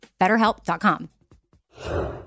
BetterHelp.com